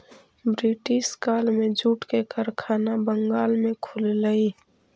British काल में jute के कारखाना बंगाल में खुललई